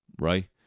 Right